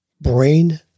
brain